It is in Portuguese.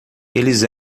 eles